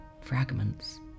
Fragments